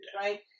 right